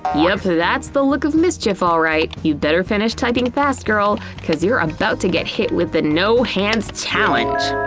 yep, that's the look of mischief, alright. you'd better finish typing fast girl, cuz you're about to get hit with the no-hands challenge!